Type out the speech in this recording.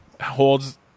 holds